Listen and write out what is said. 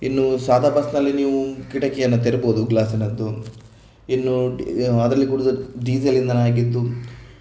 ಇನ್ನು ಸಾದಾ ಬಸ್ನಲ್ಲಿ ನೀವು ಕಿಟಕಿಯನ್ನು ತೆರಿಬಹುದು ಗ್ಲಾಸಿನದ್ದು ಇನ್ನು ಅದರಲ್ಲಿ ಕೂಡ ಡೀಸೆಲಿಂದಲೇ ಆಗಿದ್ದು